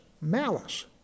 malice